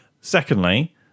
Secondly